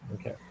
okay